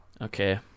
Okay